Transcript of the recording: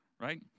right